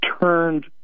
turned